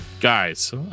guys